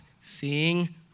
seeing